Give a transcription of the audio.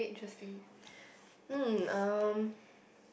hmm um